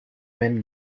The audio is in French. même